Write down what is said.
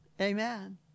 amen